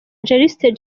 jennifer